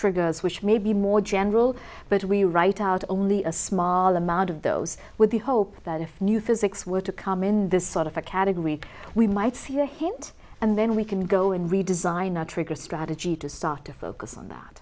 triggers which may be more general but we write out only a small amount of those with the hope that if new physics were to come in this sort of a category we might see a hint and then we can go and redesign our trigger strategy to start to focus on that